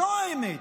זו האמת.